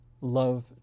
Love